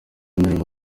ndirimbo